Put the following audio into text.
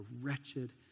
wretched